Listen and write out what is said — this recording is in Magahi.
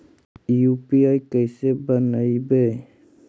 यु.पी.आई कैसे बनइबै?